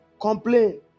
Complain